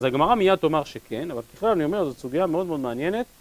אז הגמרא מיד תאמר שכן, אבל בכלל אני אומר זאת סוגיה מאוד מאוד מעניינת